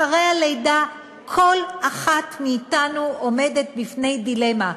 אחרי הלידה כל אחת מאתנו עומדת בפני דילמה: